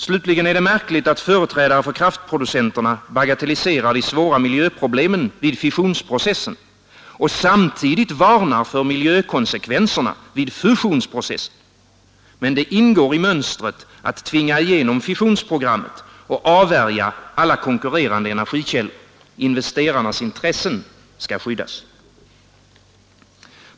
Slutligen är det märkligt att företrädare för kraftproducenterna bagatelliserar de svåra miljöproblemen vid fissionsprocessen och samtidigt varnar för miljökonsekvenserna vid fusionsprocessen. Men det ingår i mönstret att tvinga igenom fissionsprogrammet och avvärja alla konkurrerande energikällor. Investerarnas intressen skall skyddas.